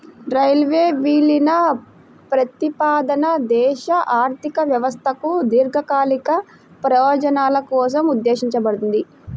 railway విలీన ప్రతిపాదన దేశ ఆర్థిక వ్యవస్థకు దీర్ఘకాలిక ప్రయోజనాల కోసం ఉద్దేశించబడింది